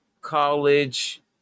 college